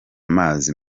mazi